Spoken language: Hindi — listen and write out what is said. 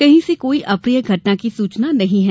कहीं से कोई अप्रिय घटना की सूचना नहीं है